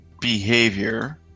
behavior